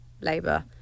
Labour